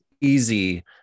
easy